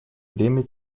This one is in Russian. время